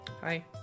Hi